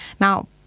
Now